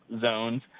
zones